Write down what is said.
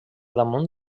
damunt